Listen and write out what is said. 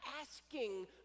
asking